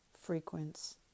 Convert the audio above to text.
frequency